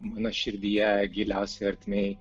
mano širdyje giliausioj ertmėj